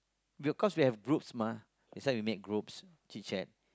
because we have group mah that's why you make groups chit-chat